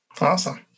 Awesome